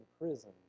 prison